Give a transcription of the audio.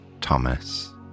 Thomas